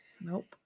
Nope